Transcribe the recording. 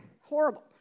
Horrible